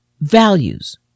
values